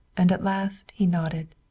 and at last he nodded.